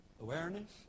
Awareness